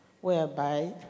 whereby